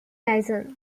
license